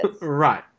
Right